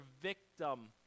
victim